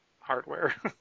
hardware